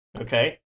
okay